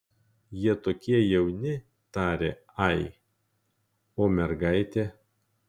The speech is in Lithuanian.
jie tokie jauni tarė ai o mergaitė